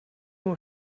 ему